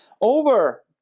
over